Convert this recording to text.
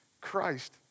Christ